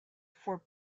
for